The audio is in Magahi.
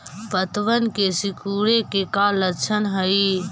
पत्तबन के सिकुड़े के का लक्षण हई?